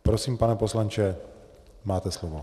Prosím, pane poslanče, máte slovo.